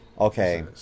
Okay